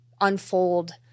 unfold